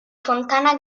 fontana